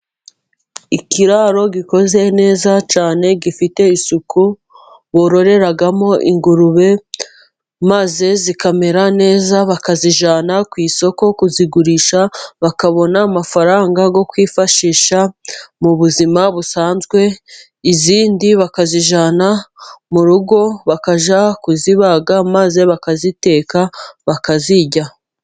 Ikiraro gikoze neza cyane, gifite isuku, bororeramo ingurube maze zikamera neza, bakazijyana ku isoko kuzigurisha, bakabona amafaranga yo kwifashisha mu buzima busanzwe, izindi bakazijyana mu rugo bakajya kuzibaga, maze bakaziteka bakazirya.